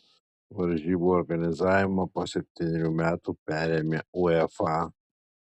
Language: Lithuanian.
varžybų organizavimą po septynerių metų perėmė uefa